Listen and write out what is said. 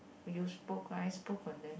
you should on them